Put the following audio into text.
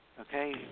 okay